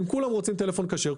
אם כולם רוצים טלפון כשר,